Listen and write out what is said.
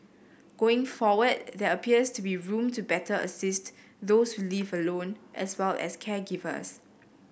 going forward there appears to be room to better assist those who live alone as well as caregivers